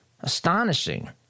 astonishing